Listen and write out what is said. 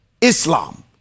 Islam